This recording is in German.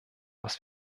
was